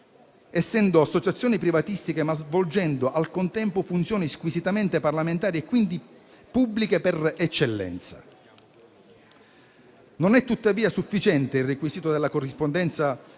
essendo associazioni privatistiche, ma svolgendo al contempo funzioni squisitamente parlamentari e quindi pubbliche per eccellenza. Non è tuttavia sufficiente il requisito della corrispondenza